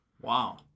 Wow